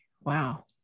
wow